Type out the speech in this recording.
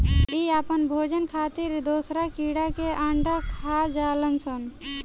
इ आपन भोजन खातिर दोसरा कीड़ा के अंडा खा जालऽ सन